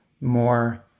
more